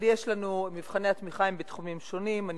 אבל מבחני התמיכה הם בתחומים שונים.